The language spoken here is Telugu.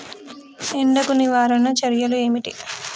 ఎండకు నివారణ చర్యలు ఏమిటి?